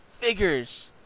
figures